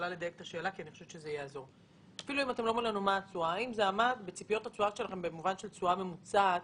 האם זה עמד בציפיות התשואה שלכם במובן של תשואה ממוצעת?